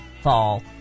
fall